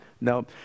no